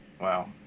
Wow